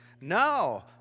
No